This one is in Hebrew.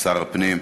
שר הפנים,